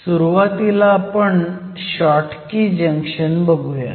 सुरुवातीला आपण Schottky junction बघुयात